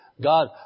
God